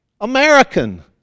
American